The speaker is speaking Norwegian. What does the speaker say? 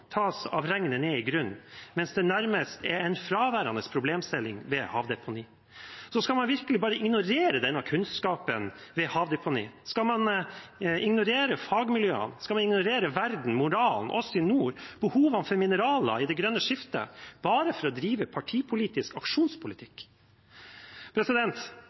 tas av regnet ned i grunnen, mens det nærmest er en fraværende problemstilling ved havdeponi. Skal man virkelig bare ignorere denne kunnskapen ved havdeponi? Skal man ignorere fagmiljøene? Skal man ignorere verden, moralen, oss i nord og behovene for mineraler til det grønne skiftet bare for å drive partipolitisk